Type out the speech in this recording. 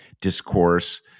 discourse